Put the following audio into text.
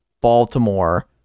baltimore